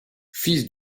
fils